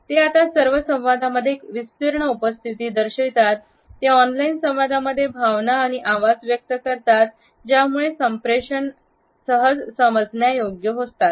ते आता सर्व संवादामध्ये एक विस्तीर्ण उपस्थिती दर्शवितात ते ऑनलाइन संवादामध्ये भावना आणि आवाज व्यक्त करतात ज्यामुळे संप्रेषण आणि सहज समजण्याजोग्या असतात